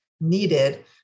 needed